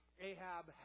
Ahab